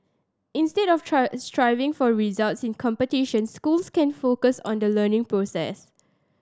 instead of striving for results in competitions schools can focus on the learning process